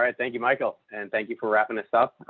ah thank you, michael. and thank you for wrapping this up.